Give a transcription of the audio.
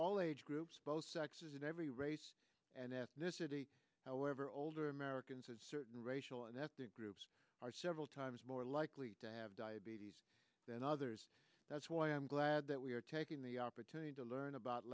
all age groups both sexes in every race and ethnicity however older americans as certain racial and ethnic groups are several times more likely to have diabetes than others that's why i'm glad that we are taking the opportunity to learn about